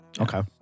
Okay